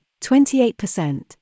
28%